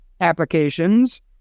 applications